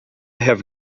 have